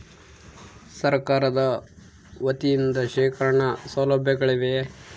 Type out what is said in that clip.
ಸರಕಾರದ ವತಿಯಿಂದ ಶೇಖರಣ ಸೌಲಭ್ಯಗಳಿವೆಯೇ?